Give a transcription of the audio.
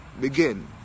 Begin